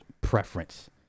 preference